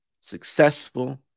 successful